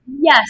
Yes